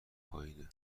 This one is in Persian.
پایینه